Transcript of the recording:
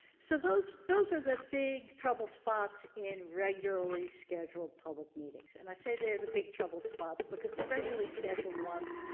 so those those are the big trouble spots in regularly scheduled public meetings and i said, they are the big trouble spots because the regularly scheduled ones